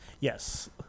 Yes